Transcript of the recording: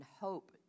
hope